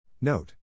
Note